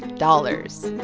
dollars